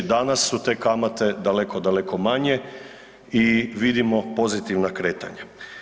Danas su te kamate daleko, daleko manje i vidimo pozitivna kretanja.